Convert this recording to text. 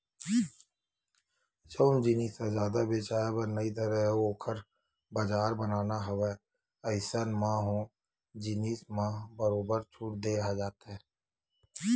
जउन जिनिस ह जादा बेचाये बर नइ धरय अउ ओखर बजार बनाना हवय अइसन म ओ जिनिस म बरोबर छूट देय जाथे